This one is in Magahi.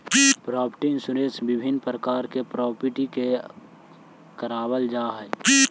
प्रॉपर्टी इंश्योरेंस विभिन्न प्रकार के प्रॉपर्टी के करवावल जाऽ हई